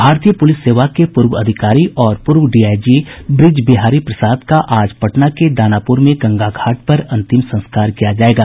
भारतीय पुलिस सेवा के पूर्व अधिकारी और पूर्व डीआईजी बृज बिहारी प्रसाद का आज पटना के दानापुर में गंगा घाट पर अंतिम संस्कार किया जायेगा